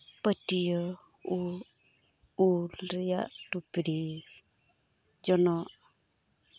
ᱯᱟᱹᱴᱭᱟᱹ ᱩᱞ ᱩᱞ ᱨᱮᱭᱟᱜ ᱴᱩᱯᱨᱤ ᱡᱚᱱᱚᱜ